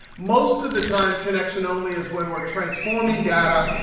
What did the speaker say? most of the time, connection only is when we're transforming data,